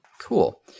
Cool